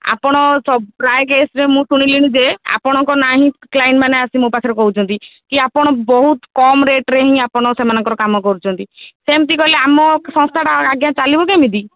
ଆପଣ ସ ପ୍ରାୟ କେସ୍ରେ ମୁଁ ଶୁଣିଲିନି ଯେ ଆପଣଙ୍କ ନାଁ ହିଁ କ୍ଲାଏଣ୍ଟମାନେ ଆସି ମୋ ପାଖରେ କହୁଛନ୍ତି କି ଆପଣ ବହୁତ କମ ରେଟ୍ରେ ହିଁ ଆପଣ ସେମାନଙ୍କର କାମ କରୁଛନ୍ତି ସେମତି କଲେ ଆମ ସଂସ୍ଥାଟା ଆଜ୍ଞା ଚାଲିବ କେମିତି